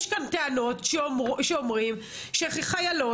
יש כאן טענות שאומרות שחיילות,